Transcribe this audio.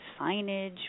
signage